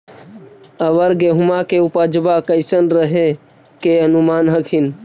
अबर गेहुमा के उपजबा कैसन रहे के अनुमान हखिन?